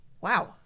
Wow